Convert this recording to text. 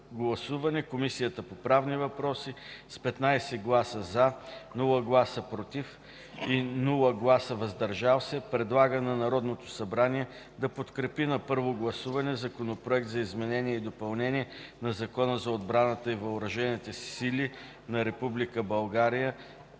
Комисията по правни въпроси с 15 гласа „за”, без „против” и „въздържали се”, предлага на Народното събрание да подкрепи на първо гласуване Законопроекта за изменение и допълнение на Закона за отбраната и въоръжените сили на Република